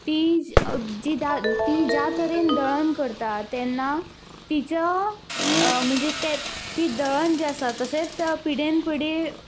ती जी ज्या ती ज्या तरेन दळण करता तेन्ना तिचो म्हणजे तेंच ती दळण जें आसा तशेंच पिड्यान पिडी